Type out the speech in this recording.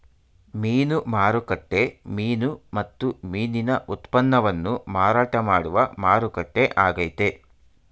ಮೀನು ಮಾರುಕಟ್ಟೆ ಮೀನು ಮತ್ತು ಮೀನಿನ ಉತ್ಪನ್ನವನ್ನು ಮಾರಾಟ ಮಾಡುವ ಮಾರುಕಟ್ಟೆ ಆಗೈತೆ